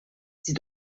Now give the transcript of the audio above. sie